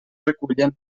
recullen